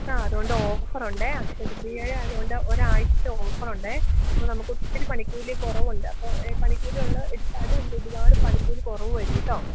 ആ അതുകൊണ്ട് ഓഫറുണ്ടേ അക്ഷയ ത്രിതീയ ആയതു കൊണ്ട് ഒരു ആഴ്ചത്തെ ഓഫറുണ്ടേ അപ്പോൾ നമുക്ക് ഒത്തിരി പണിക്കൂലി കുറവുണ്ട് അപ്പോൾ പണിക്കൂലി ഉള്ള എടുത്താലും ഒരുപാട് പണിക്കൂലി കുറവ് വരൂട്ടോ